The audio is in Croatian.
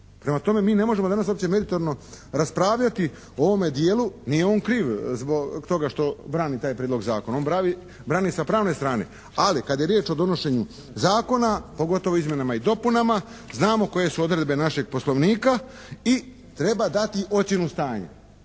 Prema tome, mi ne možemo danas uopće meritorno raspravljati o ovome dijelu. Nije on kriv zbog toga što brani taj prijedlog zakona. On brani sa pravne strane, ali kad je riječ o donošenju zakona pogotovo izmjenama i dopunama znamo koje su odredbe našeg poslovnika i treba dati ocjenu stanja.